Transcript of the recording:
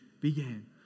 began